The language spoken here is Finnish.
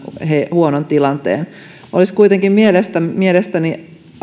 huonon tilanteen olisi kuitenkin mielestäni mielestäni